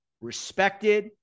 respected